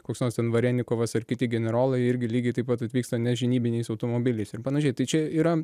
koks nors ten varenikovas ar kiti generolai irgi lygiai taip pat atvyksta nežinybiniais automobiliais ir panašiai tai čia yra